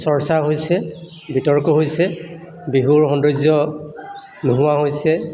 চৰ্চা হৈছে বিতৰ্ক হৈছে বিহুৰ সৌন্দৰ্য নোহোৱা হৈছে